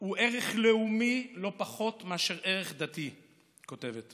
הוא ערך לאומי לא פחות מאשר ערך דתי", היא כותבת.